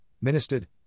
ministered